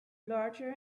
larger